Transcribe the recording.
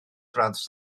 gradd